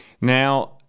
now